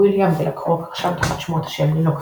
ווילאם דלה קרוק רשם תחת שמו את השם לינוקס,